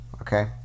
okay